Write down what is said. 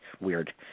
weird